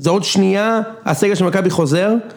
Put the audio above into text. זה עוד שנייה, הסגל של מכבי חוזר